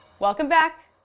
welcome back.